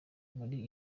wari